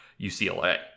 ucla